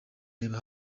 reba